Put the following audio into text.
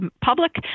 public